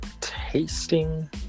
tasting